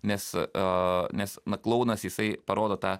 nes nes mat klounas jisai parodo tą